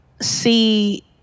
see